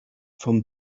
from